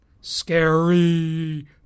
Scary